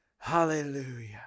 Hallelujah